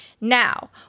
Now